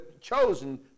chosen